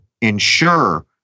ensure